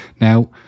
Now